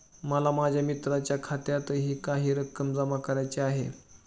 मला माझ्या मित्राच्या खात्यातही काही रक्कम जमा करायची आहे